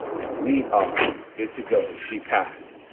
and we are good to go. she passed.